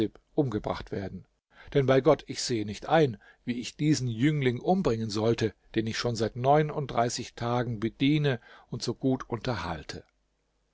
umgebracht werden denn bei gott ich sehe nicht ein wie ich diesen jüngling umbringen sollte den ich schon seit tagen bediene und so gut unterhalte